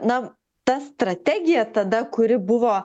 na ta strategija tada kuri buvo